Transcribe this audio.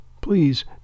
please